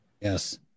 Yes